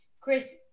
Chris